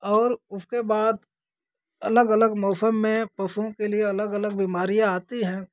और उसके बाद अलग अलग मौसम में पशुओं के लिए अलग अलग बीमारियाँ आती हैं